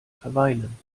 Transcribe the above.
verweilen